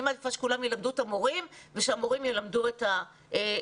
אני מעדיפה שכולם ילמדו את המורים ושהמורים ילמדו את התלמידים.